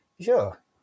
Sure